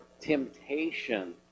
temptation